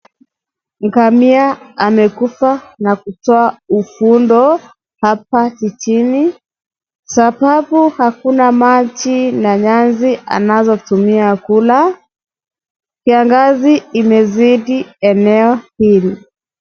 Ngamia amekufa na kutoa ufundo hapa jijini sababu hakuna maji na nyasi anazotumia kula, kiangazi imezidi eneo hili.